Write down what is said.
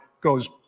goes